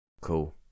Cool